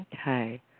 Okay